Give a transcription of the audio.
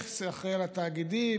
אין אחראי על התאגידים,